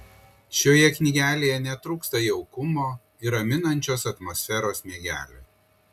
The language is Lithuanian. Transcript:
šioje knygelėje netrūksta jaukumo ir raminančios atmosferos miegeliui